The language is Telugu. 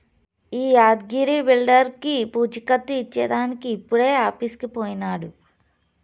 ఈ యాద్గగిరి బిల్డర్లకీ పూచీకత్తు ఇచ్చేదానికి ఇప్పుడే ఆఫీసుకు పోయినాడు